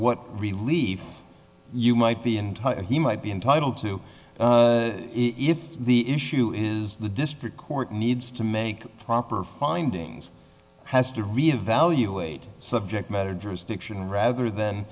what relief you might be and he might be entitled to if the issue is the district court needs to make proper findings has to revaluate subject matter jurisdiction rather than